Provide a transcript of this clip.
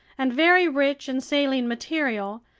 and very rich in saline material,